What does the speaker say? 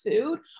food